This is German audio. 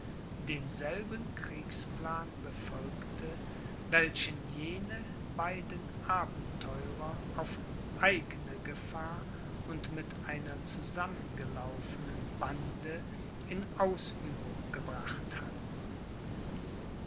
denselben kriegsplan befolgte welchen jene beiden abenteurer auf eigne gefahr und mit einer zusammengelaufenen bande in ausübung gebracht hatten